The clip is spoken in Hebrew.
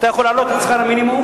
אתה יכול להעלות את שכר המינימום.